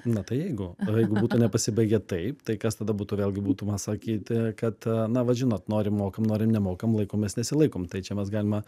na tai jeigu o jeigu būtų nepasibaigę taip tai kas tada būtų vėlgi būtų va sakyti kad na vat žinot norim mokam norim nemokam laikomės nesilaikom tai čia mes galima